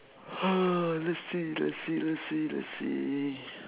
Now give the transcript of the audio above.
let's see let's see let's see